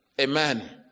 Amen